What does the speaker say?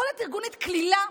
יכולת ארגונית קלילה,